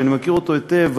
שאני מכיר אותו היטב,